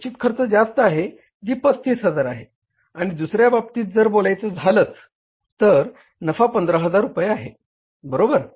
निश्चित खर्च जास्त आहे जी 35000 आहे आणि दुसर्या बाबतीत जर बोलायच झाल तर नफा 15000 रुपये आहे बरोबर